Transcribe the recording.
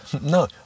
No